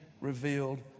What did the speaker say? revealed